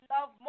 love